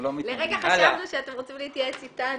לרגע חשבנו שאתם רוצים להתייעץ אתנו.